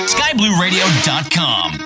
SkyBlueRadio.com